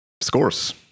Scores